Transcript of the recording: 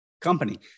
company